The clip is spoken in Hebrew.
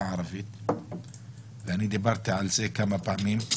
אני אציין רק את הסכומים ואת סכומי ההפרות לפי